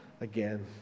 again